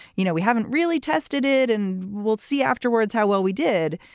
you know, we haven't really tested it and we'll see afterwards how well we did.